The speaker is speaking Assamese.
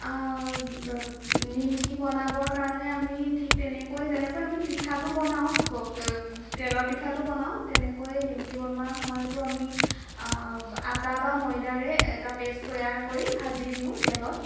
নিমকি বনাব কাৰণে আমি ঠিক তেনেকৈ যেনেকৈ আমি পিঠাটো বনাওঁ তেলৰ পিঠাটো বনাওঁ তেনেকৈ নিমকি বনোৱাৰ সময়তো আমি আটা বা ময়দাৰে এটা পেষ্ট তৈয়াৰ কৰি ভাজি দিওঁ তেলত